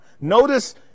Notice